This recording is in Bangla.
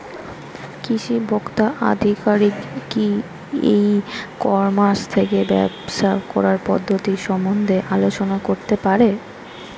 কৃষি ভোক্তা আধিকারিক কি ই কর্মাস থেকে ব্যবসা করার পদ্ধতি সম্বন্ধে আলোচনা করতে পারে?